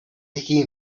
become